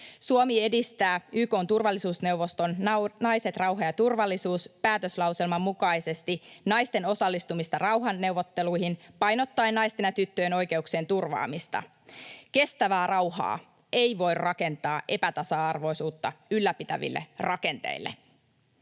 Suomi edistää YK:n turvallisuusneuvoston Naiset, rauha ja turvallisuus ‑päätöslauselman mukaisesti naisten osallistumista rauhanneuvotteluihin painottaen naisten ja tyttöjen oikeuksien turvaamista. Kestävää rauhaa ei voi rakentaa epätasa-arvoisuutta ylläpitäville rakenteille.